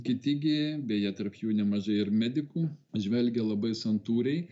kiti gi beje tarp jų nemažai ir medikų žvelgia labai santūriai